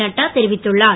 நட்டா தெரிவித்துள்ளார்